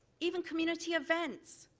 even community events.